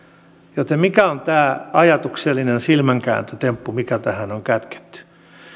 joten mikä on tämä ajatuksellinen silmänkääntötemppu mikä tähän on kätketty